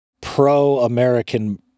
pro-American